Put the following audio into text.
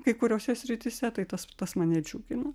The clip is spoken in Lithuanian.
kai kuriose srityse tai tas tas mane džiugina